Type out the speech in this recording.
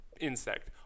insect